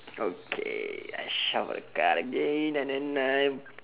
okay I shuf~ the card again and then I